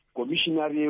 Commissioner